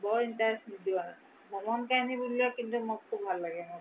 বৰ ইণ্টাৰেষ্ট নিদিওঁ আৰু ভ্ৰমণ কাহিনী বুলিলে কিন্তু মোৰ খুব ভাল লাগে